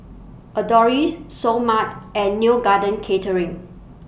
Adore Seoul Mart and Neo Garden Catering